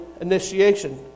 initiation